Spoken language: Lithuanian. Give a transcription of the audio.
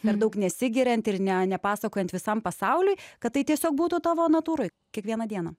per daug nesigiriant ir ne nepasakojant visam pasauliui kad tai tiesiog būtų tavo natūroj kiekvieną dieną